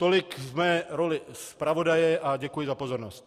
Tolik v mé roli zpravodaje a děkuji za pozornost.